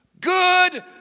Good